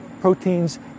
proteins